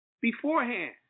beforehand